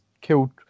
killed